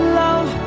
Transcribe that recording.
love